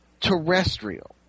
terrestrial